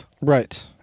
Right